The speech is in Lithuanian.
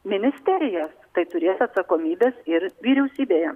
ministeriją tai turės atsakomybes ir vyriausybėje